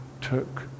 took